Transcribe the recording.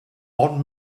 one